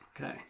Okay